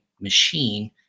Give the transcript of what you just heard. machine